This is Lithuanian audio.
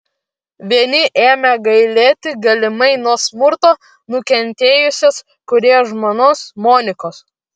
vieni ėmė gailėti galimai nuo smurto nukentėjusios kūrėjo žmonos monikos